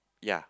ya